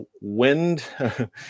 wind